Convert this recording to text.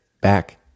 back